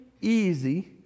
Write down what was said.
easy